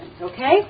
okay